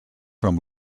from